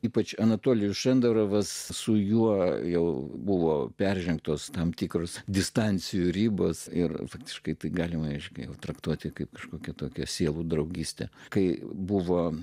ypač anatolijus šenderovas su juo jau buvo peržengtos tam tikros distancijos ribos ir faktiškai tai galima aiškiai traktuoti kaip kažkokia tokia sielų draugystė kai buvo